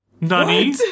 Nani